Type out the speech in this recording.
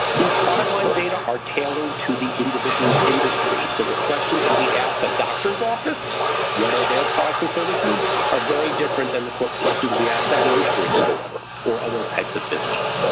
these product line data are tailored to the individual industry. so the questions that we asked the doctor's office what are their products and services are very different than the questions we ask a grocery store or other types of business.